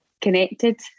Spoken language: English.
connected